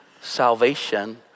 salvation